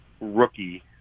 rookie